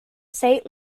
saint